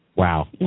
Wow